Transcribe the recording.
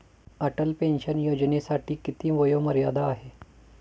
Atal pension योजनेसाठी किती वयोमर्यादा आहे?